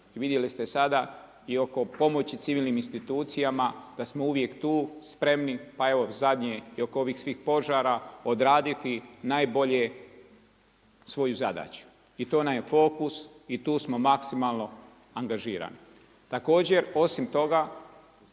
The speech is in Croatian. Vidjeli ste sada i oko pomoći civilnim institucijama da smo uvije tu spremni, pa evo zadnje i oko ovih svih požara, odraditi najbolje svoju zadaću. I to nam je fokus i tu smo maksimalno angažirani. Također osim toga